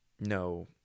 no